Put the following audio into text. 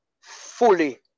fully